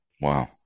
Wow